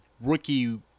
rookie